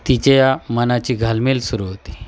तिच्या मनाची घालमेल सुरू होते